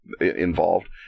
involved